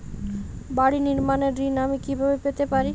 বাড়ি নির্মাণের ঋণ আমি কিভাবে পেতে পারি?